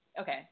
Okay